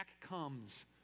comes